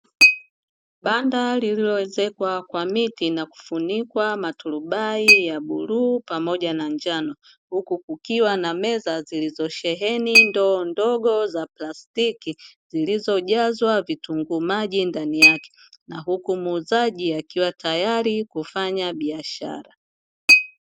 Banda lililoezekwa kwa miti na kufunikwa maturubai ya bluu pamoja na njano, huku kukiwa na meza zilizosheheni ndoo ndogo za plastiki, zilizojazwa vitunguu maji ndani yake na huku muuzaji akiwa tayari kufanya biashara.